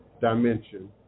dimension